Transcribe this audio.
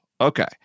Okay